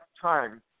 time